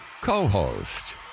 Co-host